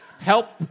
help